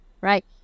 right